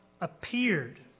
appeared